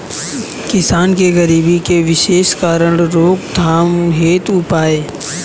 किसान के गरीबी के विशेष कारण रोकथाम हेतु उपाय?